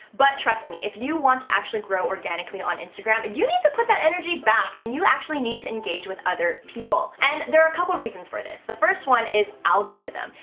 but trust me, if you want to actually grow organically on instagram, you need to put that energy back and you actually need to engage with other people. and there are a couple of reasons for this, the first one is algorithm.